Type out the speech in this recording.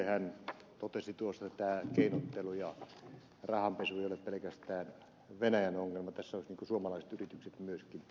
hän totesi tuossa että keinottelu ja rahanpesu ei ole pelkästään venäjän ongelma että tässä olisivat suomalaiset yritykset myöskin mukana